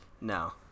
No